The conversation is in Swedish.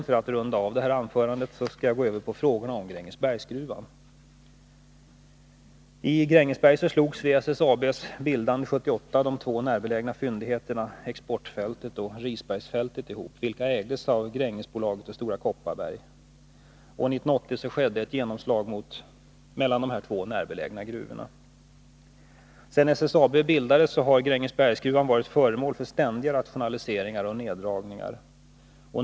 För att avrunda anförandet skall jag slutligen gå över till frågan om Grängesbergsgruvan. bergsbolaget och Stora Kopparberg. 1980 skedde ett ”genomslag” mellan dessa två närbelägna gruvor. Sedan SSAB bildades har Grängesbergsgruvan varit föremål för ständiga rationaliseringar och neddragningar.